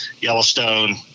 Yellowstone